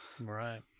right